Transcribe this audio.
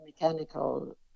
mechanical